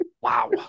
Wow